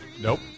Nope